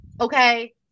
okay